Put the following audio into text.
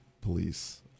police